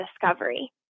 discovery